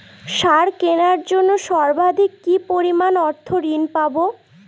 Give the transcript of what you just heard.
সার কেনার জন্য সর্বাধিক কি পরিমাণ অর্থ ঋণ পাব?